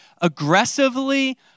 aggressively